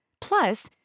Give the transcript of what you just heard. Plus